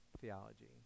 theology